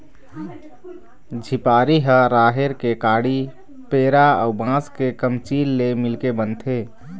झिपारी ह राहेर के काड़ी, पेरा अउ बांस के कमचील ले मिलके बनथे